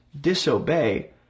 disobey